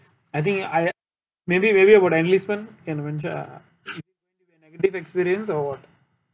I think I maybe maybe about the enlistment can re~ negative experience or [what]